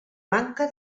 manca